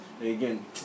again